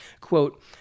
Quote